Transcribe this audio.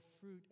fruit